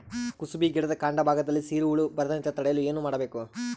ಕುಸುಬಿ ಗಿಡದ ಕಾಂಡ ಭಾಗದಲ್ಲಿ ಸೀರು ಹುಳು ಬರದಂತೆ ತಡೆಯಲು ಏನ್ ಮಾಡಬೇಕು?